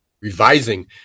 revising